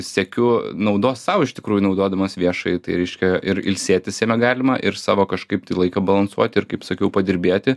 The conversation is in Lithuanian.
siekiu naudos sau iš tikrųjų naudodamas viešąjį tai reiškia ir ilsėtis jame galima ir savo kažkaip tai laiką balansuoti ir kaip sakiau padirbėti